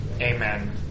Amen